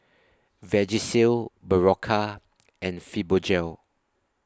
Vagisil Berocca and Fibogel